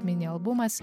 mini albumas